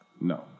No